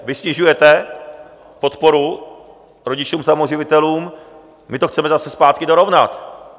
Vy snižujete podporu rodičům samoživitelům, my to chceme zase zpátky dorovnat.